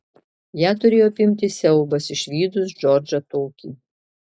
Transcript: ją turėjo apimti siaubas išvydus džordžą tokį